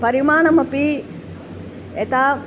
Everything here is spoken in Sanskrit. परिमाणमपि यथा